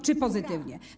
czy pozytywnie.